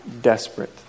desperate